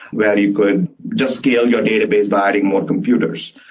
where you could just scale your database by adding more computers.